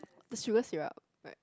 the sugar syrup right